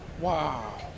Wow